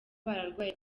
barwaye